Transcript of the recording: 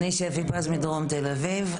אני מדרום תל אביב,